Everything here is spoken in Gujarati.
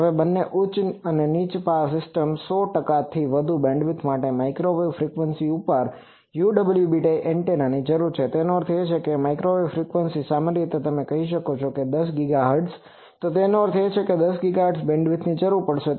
હવે બંને ઉચ્ચ અને નીચી પાવર સિસ્ટમ્સને 100 ટકાથી વધુ બેન્ડવિડ્થ સાથે માઇક્રોવેવ ફ્રીક્વન્સી પર UWB એન્ટેનાની જરૂર છે તેનો અર્થ એ છે કે જો માઇક્રોવેવ ફ્રીક્વન્સી સામાન્ય રીતે તમે કહી શકો છોકે 10 ગીગાહર્ટ્ઝ તો તેનો અર્થ છે કે મને 10 ગીગાહર્ટઝની બેન્ડવિડ્થની જરૂર પડશે